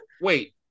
Wait